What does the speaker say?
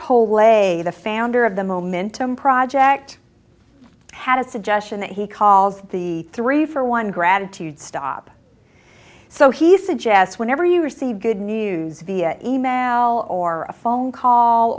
cole way the founder of the momentum project had a suggestion that he calls the three for one gratitude stop so he suggests whenever you receive good news via email or a phone call